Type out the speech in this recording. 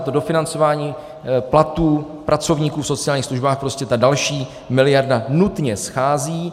Na dofinancování platů pracovníků v sociálních službách prostě ta další miliarda nutně schází.